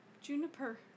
Juniper